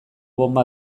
bonba